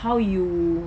how you